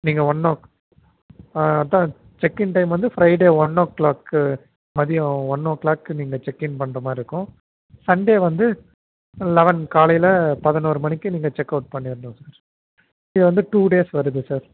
நீங்கள் one o ஆ அதுதான் செக்இன் டைம் வந்து ஃப்ரைடே ஒன் ஓ க்ளாக்கு மதியம் ஒன் ஓ க்ளாக்கு நீங்கள் செக்இன் பண்றமாதிரி இருக்கும் சண்டே வந்து லவென் காலையில் பதினொரு மணிக்கு செக்அவுட் பண்ணிடணும் சார் இது வந்து டூ டேஸ் வருது சார்